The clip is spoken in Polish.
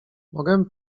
mogę